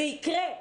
זה יקרה,